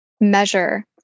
measure